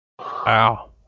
wow